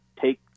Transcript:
take